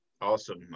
awesome